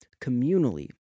communally